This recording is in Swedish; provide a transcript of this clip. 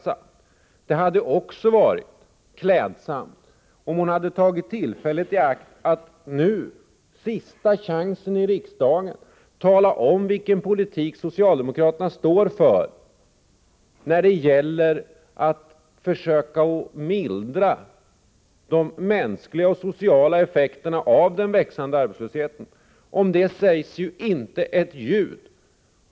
Det hade varit klädsamt om hon hade tagit tillfället i akt för att nu — det är ju fråga om en sista chans i riksdagen — tala om vilken politik som socialdemokraterna står för när det gäller att försöka mildra de mänskliga och sociala effekterna av den växande arbetslösheten. Om detta sägs inte ett ljud.